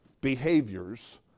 behaviors